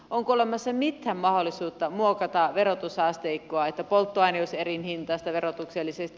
onko olemassa mitään mahdollisuutta muokata verotusasteikkoja että polttoaine olisi erihintaista verotuksellisesti